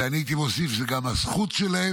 ואני הייתי מוסיף שזו גם הזכות שלהם,